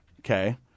Okay